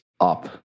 up